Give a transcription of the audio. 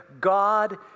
God